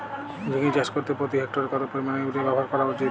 ঝিঙে চাষ করতে প্রতি হেক্টরে কত পরিমান ইউরিয়া ব্যবহার করা উচিৎ?